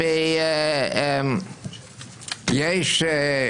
יש 36